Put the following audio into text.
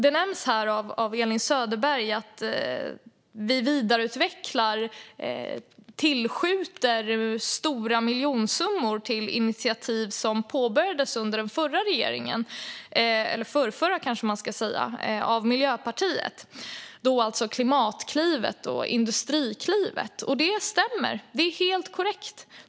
Elin Söderberg nämnde att vi vidareutvecklar och tillskjuter stora miljonsummor till initiativ som påbörjades under den förrförra regeringen av Miljöpartiet, till exempel Klimatklivet och Industriklivet. Det stämmer. Det är helt korrekt.